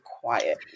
quiet